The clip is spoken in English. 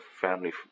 family